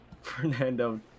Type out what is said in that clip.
Fernando